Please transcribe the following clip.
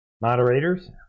moderators